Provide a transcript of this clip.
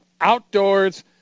Outdoors